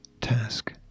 task